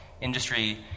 industry